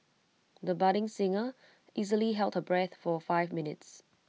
the budding singer easily held her breath for five minutes